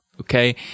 okay